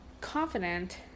confident